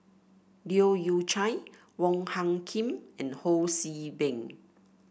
Leu Yew Chye Wong Hung Khim and Ho See Beng